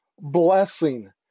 blessing